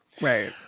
Right